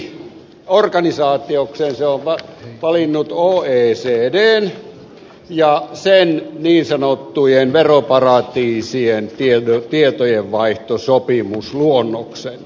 tukiorganisaatiokseen se on valinnut oecdn ja sen niin sanottujen veroparatiisien tietojenvaihtosopimusluonnoksen